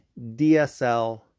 DSL